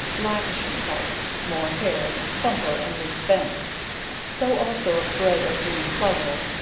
blackish in parts, more hairs, plumper and loose vents so also of grey or green plover,